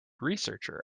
researcher